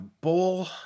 bowl